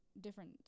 different